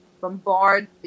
bombard